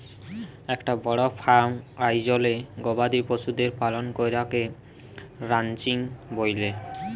একটা বড় ফার্ম আয়জলে গবাদি পশুদের পালন করাকে রানচিং ব্যলে